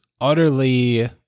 utterly